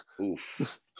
Oof